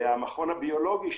המכון הביולוגי,